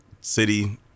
city